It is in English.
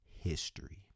history